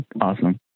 awesome